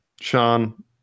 Sean